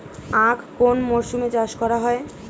আখ কোন মরশুমে চাষ করা হয়?